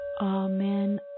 Amen